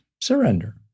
surrender